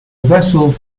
vessel